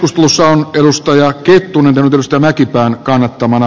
selvitys on juustoja kettunen turusta mäkipään kannattamana